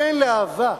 כן לאהבה,